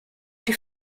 die